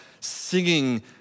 singing